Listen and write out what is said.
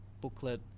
booklet